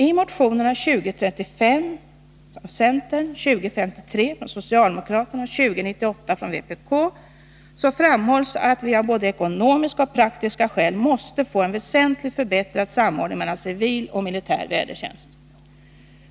I motionerna 2035 från centern, 2053 från socialdemokraterna och 2098 från vpk framhålls att vi av både ekonomiska och praktiska skäl måste få en väsentligt förbättrad samordning mellan civil och militär vädertjänst.